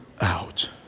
out